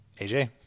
AJ